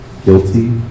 guilty